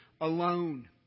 alone